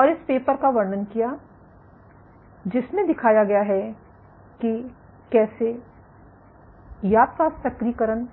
और इस पेपर का वर्णन किया जिसमें दिखाया गया है कि कैसे याप ताज सक्रियकरण